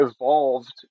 evolved